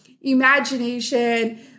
imagination